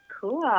Cool